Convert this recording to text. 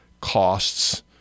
costs